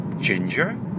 ginger